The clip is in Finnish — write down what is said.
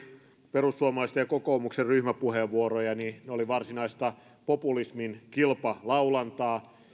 perussuomalaisten ja kokoomuksen ryhmäpuheenvuoroja niin ne olivat varsinaista populismin kilpalaulantaa